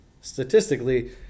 statistically